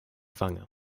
wange